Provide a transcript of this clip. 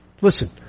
Listen